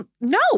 No